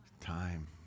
Time